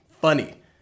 funny